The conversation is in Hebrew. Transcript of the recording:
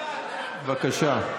בבקשה.